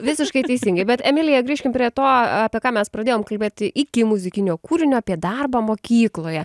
visiškai teisingai bet emilija grįžkim prie to apie ką mes pradėjom kalbėt iki muzikinio kūrinio apie darbą mokykloje